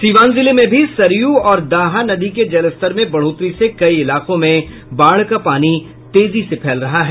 सीवान जिले में भी सरयू और दाहा नदी के जलस्तर में बढ़ोतरी से कई इलाकों में बाढ़ का पानी तेजी से फैल रहा है